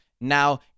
now